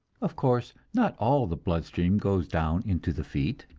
of course, not all the blood-stream goes down into the feet,